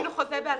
בעל-פה.